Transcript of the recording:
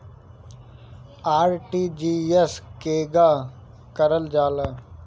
RTGS केगा करलऽ जाला?